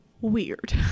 weird